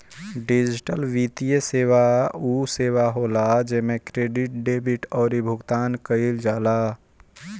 digital वित्तीय सेवा उ सेवा होला जेमे क्रेडिट, डेबिट अउरी भुगतान कईल जाला